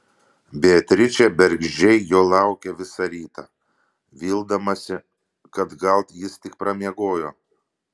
beatričė bergždžiai jo laukė visą rytą vildamasi kad gal jis tik pramiegojo